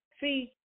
see